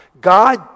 God